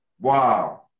Wow